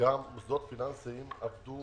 וגם מוסדות פיננסיים עבדו